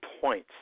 points